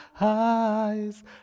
eyes